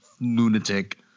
lunatic